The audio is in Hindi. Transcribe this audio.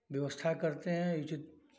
व्यवस्था करते हैं उचित